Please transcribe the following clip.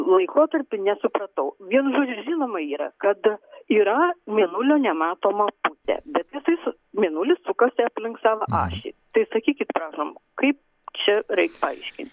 laikotarpį nesupratau vienu žodžiu žinoma yra kad yra mėnulio nematoma pusė bet jisai su mėnulis sukasi aplink savo ašį tai sakykit prašom kaip čia reik paaiškint